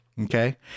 Okay